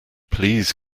please